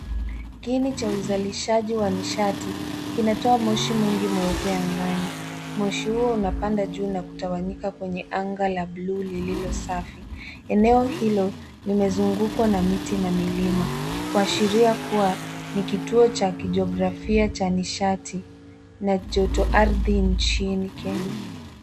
Kiini cha uzalishaji wa nishati kinatoa moshi mwingi mweupe angani. Moshi huo unapanda juu na kutawanyika kwenye anga la buluu lililo safi. Eneo hilo limezungukwa na miti na milima kuashiria kuwa ni kituo cha kijiografia cha nishati na joto ardhi nchini Kenya.